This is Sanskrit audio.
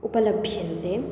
उपलभ्यन्ते